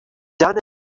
done